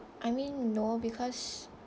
I mean no because